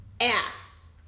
Ass